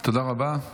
תודה רבה.